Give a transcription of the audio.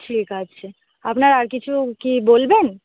ঠিক আছে আপনার আর কিছু কি বলবেন